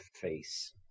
face